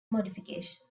modification